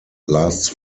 last